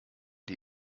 die